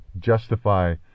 Justify